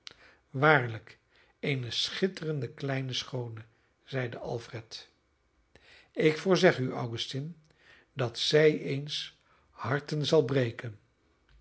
waarlijk eene schitterende kleine schoone zeide alfred ik voorzeg u augustine dat zij eens harten zal breken